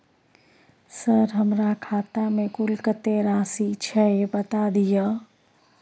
Sir हमरा खाता में कुल कत्ते राशि छै बता दिय?